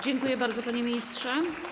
Dziękuję bardzo, panie ministrze.